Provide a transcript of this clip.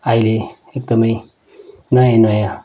अहिले एकदमै नयाँ नयाँ